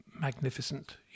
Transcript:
magnificent